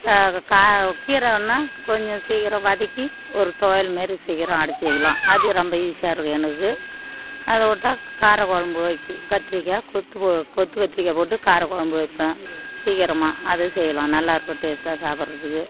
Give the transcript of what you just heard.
சா கா கீரைனா கொஞ்சம் சீக்கிரம் வதக்கி ஒரு துவையல் மாதிரி செய்யலாம் அப்படி செய்யலாம் அது ரொம்ப ஈஸியாக இருக்கும் எனக்கு அதை விட்டா காரக்கொழம்பு வக்கி கத்தரிக்கா கொத்து போ கொத்து கத்தரிக்கா போட்டு காரக்கொழம்பு வைப்பேன் சீக்கிரமா அது செய்யலாம் நல்லா இருக்கும் டேஸ்ட்டாக சாப்பிட்றதுக்கு